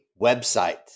website